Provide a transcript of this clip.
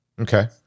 Okay